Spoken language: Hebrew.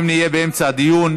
אם נהיה באמצע דיון,